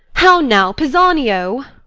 how now, pisanio!